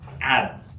Adam